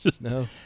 no